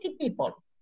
people